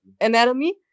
Anatomy